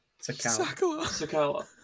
Sakala